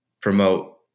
promote